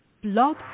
Blog